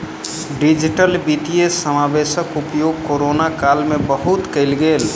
digital वित्तीय समावेशक उपयोग कोरोना काल में बहुत कयल गेल